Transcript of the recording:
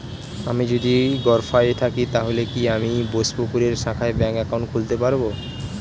আমি যদি গরফায়ে থাকি তাহলে কি আমি বোসপুকুরের শাখায় ব্যঙ্ক একাউন্ট খুলতে পারবো?